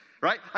right